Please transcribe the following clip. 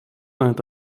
night